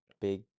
big